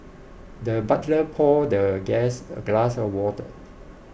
the butler poured the guest a glass of water